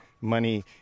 money